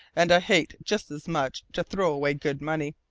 and i hate just as much to throw away good money.